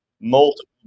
multiple